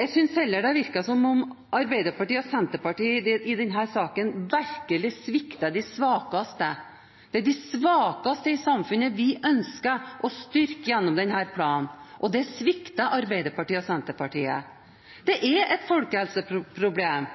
jeg synes heller det har virket som om Arbeiderpartiet og Senterpartiet i denne saken virkelig svikter de svakeste. Det er de svakeste i samfunnet vi ønsker å styrke gjennom denne planen, og det svikter Arbeiderpartiet og Senterpartiet. Dette er et folkehelseproblem.